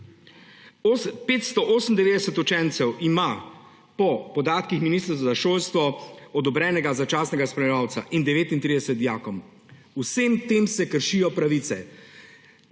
598 učencev ima po podatkih ministrstva za šolstvo odobrenega začasnega spremljevalca in 39 dijakov. Vsem tem se kršijo pravice.